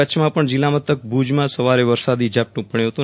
કચ્છમાં પણ જિલ્લા મથક ભુજમાં સવારે વરસાદી ઝાપટું પડ્યું હતું